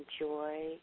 enjoy